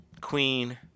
Queen